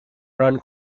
run